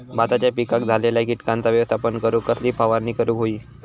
भाताच्या पिकांक झालेल्या किटकांचा व्यवस्थापन करूक कसली फवारणी करूक होई?